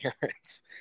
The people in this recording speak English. parents